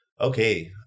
Okay